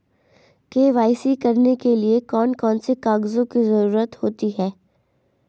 KYC करने के लिए कौन कौन से कागजों की जरूरत होती है?